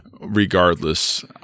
regardless